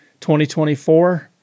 2024